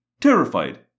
terrified